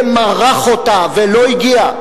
ומרח אותה ולא הגיע,